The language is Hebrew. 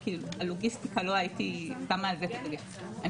כי בשביל הלוגיסטיקה לא הייתי שמה על זה את הדגש.